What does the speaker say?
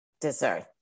dessert